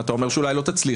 אתה אומר שאולי לא תצליחו,